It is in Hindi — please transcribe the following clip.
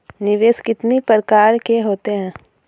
निवेश कितनी प्रकार के होते हैं?